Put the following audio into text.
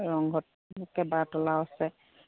ৰংঘৰত কেইবা তলাও আছে